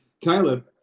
Caleb